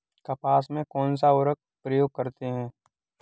कपास में कौनसा उर्वरक प्रयोग करते हैं?